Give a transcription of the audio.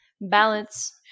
balance